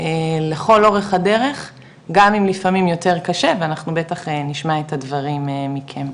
לכל אורך הדרך גם אם לפעמים יותר קשה ואנחנו בטח נשמע את הדברים מכם.